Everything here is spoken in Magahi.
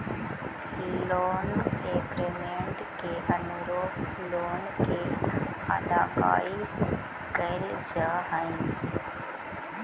लोन एग्रीमेंट के अनुरूप लोन के अदायगी कैल जा हई